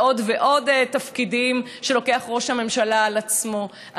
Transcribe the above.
ועוד ועוד תפקידים שלוקח ראש הממשלה על עצמו.